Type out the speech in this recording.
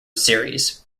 series